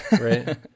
right